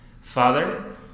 Father